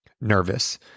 nervous